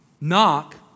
Knock